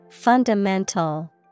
Fundamental